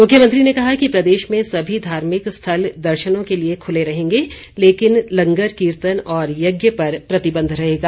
मुख्यमंत्री ने कहा कि प्रदेश में सभी धार्मिक स्थल दर्शनों के लिए खुले रहेंगे लेकिन लंगर कीर्तन और यज्ञ पर प्रतिबंध रहेगा